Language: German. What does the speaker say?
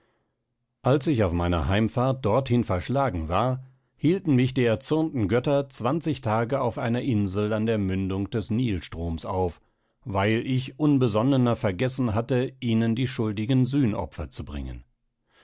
als ich auf meiner heimfahrt dorthin verschlagen war hielten mich die erzürnten götter zwanzig tage auf einer insel an der mündung des nilstroms auf weil ich unbesonnener vergessen hatte ihnen die schuldigen sühnopfer zu bringen